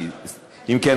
אם כן,